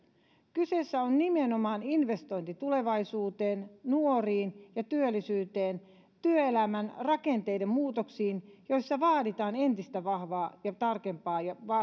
kyseessä on nimenomaan investointi tulevaisuuteen nuoriin ja työllisyyteen työelämän rakenteiden muutoksiin joissa vaaditaan entistä vahvempaa ja tarkempaa